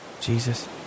Jesus